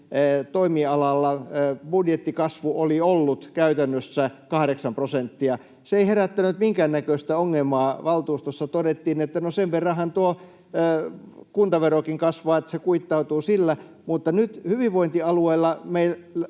toimialalla budjettikasvu oli ollut käytännössä kahdeksan prosenttia. Se ei herättänyt minkäännäköistä ongelmaa. Valtuustossa todettiin, että no sen verranhan tuo kuntaverokin kasvaa, että se kuittautuu sillä. Mutta nyt hyvinvointialueilla